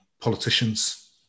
politicians